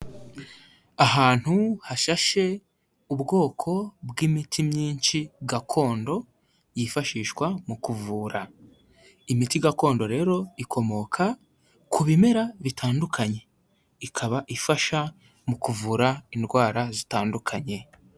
Ahantu hashashe ubwoko bw'imiti myinshi gakondo yifashishwa mu kuvura. Imiti gakondo rero ikomoka ku bimera bitandukanye, ikaba ifasha mu kuvura indwara zitandukanye.